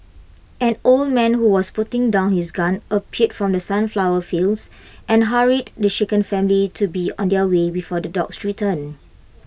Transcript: an old man who was putting down his gun appeared from the sunflower fields and hurried the shaken family to be on their way before the dogs return